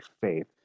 faith